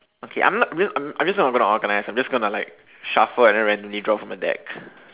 okay I'm not re~ I'm not just gonna organise I'm just gonna like shuffle and then randomly draw from a deck